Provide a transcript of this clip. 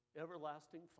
Everlasting